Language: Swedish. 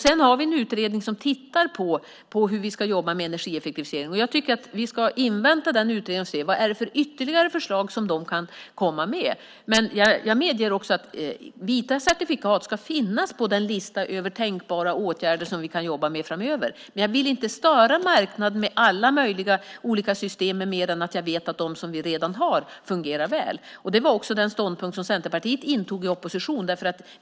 Vi har också en utredning som tittar på hur vi ska jobba med energieffektivisering, och jag tycker att vi ska invänta den utredningen för att se vilka ytterligare förslag de kan komma med. Jag medger att vita certifikat ska finnas på listan över tänkbara åtgärder som vi kan jobba med framöver. Jag vill dock inte störa marknaden med alla möjliga system innan jag vet att de vi redan har fungerar väl. Det var också den ståndpunkten Centerpartiet intog i opposition.